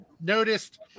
noticed